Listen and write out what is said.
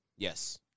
Yes